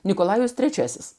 nikolajus trečiasis